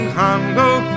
handle